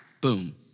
boom